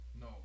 No